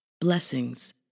blessings